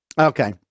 Okay